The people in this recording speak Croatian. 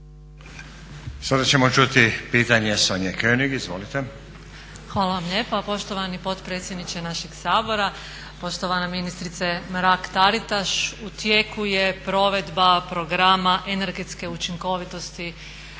Sada ćemo čuti pitanje Sonje König. Izvolite. **König, Sonja (HNS)** Hvala vam lijepo poštovani potpredsjedniče našeg Sabora. Poštovana ministrice Mrak Taritaš, u tijeku je provedba programa energetske učinkovitosti